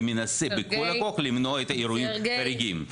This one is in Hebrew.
ומנסה בכל הכוח למנוע את האירועים החריגים.